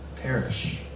perish